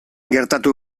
gertatu